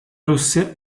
russia